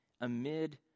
amid